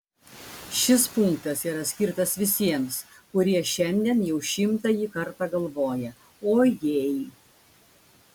šis punktas yra skirtas visiems kurie šiandien jau šimtąjį kartą galvoja o jei